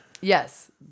Yes